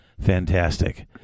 fantastic